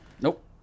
Nope